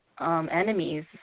enemies